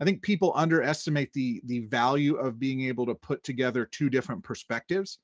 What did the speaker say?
i think people underestimate the the value of being able to put together two different perspectives.